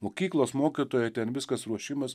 mokyklos mokytojo ten viskas ruošimas